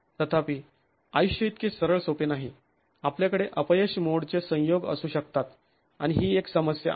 तथापि आयुष्य इतके सरळ सोपे नाही आपल्याकडे अपयश मोडचे संयोग असू शकतात आणि ही एक समस्या आहे